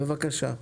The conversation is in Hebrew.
בבקשה.